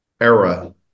era